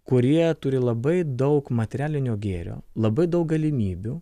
kurie turi labai daug materialinio gėrio labai daug galimybių